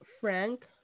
Frank